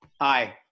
Hi